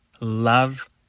Love